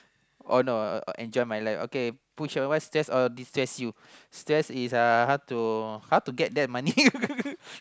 oh no enjoy my life okay push or what stress and destress you stress is how to get that money